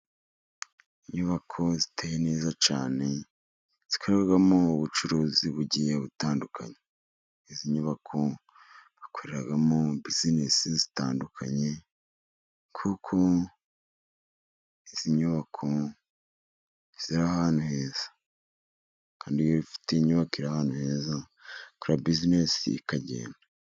Inyubako ziteye neza cyane zikorerwamo ubucuruzi bugiye butandukanye, izi nyubako bakoreramo bizinesi zitandukanye kuko izi nyubako ziri ahantu heza, kandi iyo ufite inyubako iri ahantu heza ukora bisinesi ikagenda.